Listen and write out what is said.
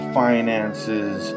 finances